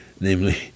Namely